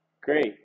Great